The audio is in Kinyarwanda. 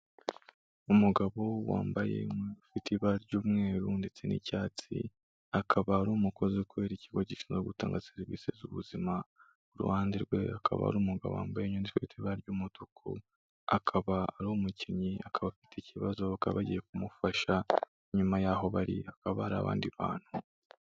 Umugabo wambaye umwenda ufite ibara ry'umweru ndetse n'icyatsi, akaba ari umukozi ukorera Ikigo gishinzwe gutanga serivisi z'ubuzima, ku ruhande rwe hakaba hari umugabo wambaye imyenda ifite ibara ry'umutuku, akaba ari umukinnyi akaba afite ikibazo bakaba bagiye kumufasha, inyuma y'aho bari abari abandi bantu.